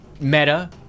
meta